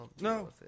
no